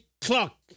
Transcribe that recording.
clock